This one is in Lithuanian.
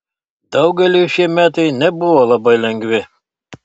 daugeliui šie metai nebuvo labai lengvi